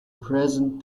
present